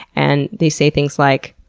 and they say things like,